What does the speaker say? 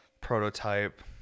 prototype